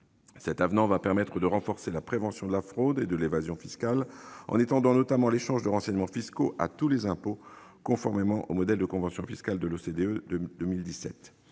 Cet avenant va permettre de renforcer la prévention de la fraude et de l'évasion fiscales, en étendant notamment l'échange de renseignements fiscaux à tous les impôts, conformément au modèle de convention fiscale de l'OCDE de 2017.